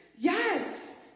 Yes